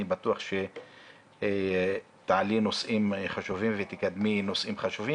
אני בטוח שתעלי נושאים חשובים ותקדמי נושאים חשובים,